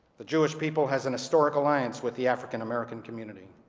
the jewish people has an historic alliance with the african-american community,